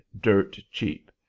dirt-cheap